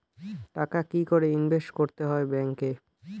টাকা কি করে ইনভেস্ট করতে হয় ব্যাংক এ?